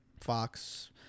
fox